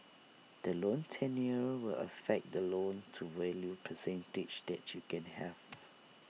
the loan tenure will affect the loan to value percentage that you can have